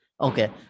Okay